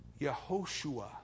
Yehoshua